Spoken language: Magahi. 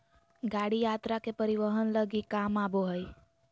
गाड़ी यात्री के परिवहन लगी काम आबो हइ